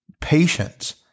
patience